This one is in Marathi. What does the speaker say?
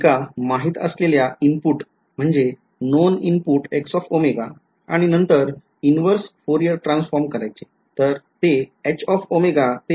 एका माहीत असलेल्या इनपुट म्हणजे known input आणि नंतर इन्व्हर्स फोरियर ट्रान्सफॉर्म करायचे